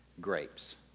grapes